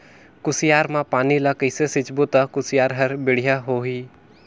कुसियार मा पानी ला कइसे सिंचबो ता कुसियार हर बेडिया होही?